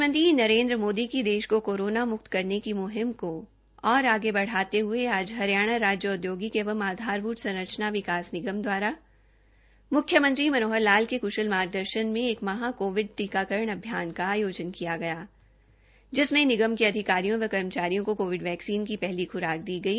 प्रधानमंत्री श्री नरेंद्र मोदी की देश को कोरोना मुक्त करने की मुहिम को और आगे बढ़ाते हए आज हरियाणा राज्य औदयोगिक एवं आधारभूत संरचना विकास निगम दवारा मुख्यमंत्री श्री मनोहर लाल के क्शल मार्गदर्शन में एक महा कोविड टीकाकरण अभियान का आयोजन किया गया जिसमें निगम के अधिकारियों व कर्मचारियों को कोविड वैक्सीन की पहली खुराक दी गई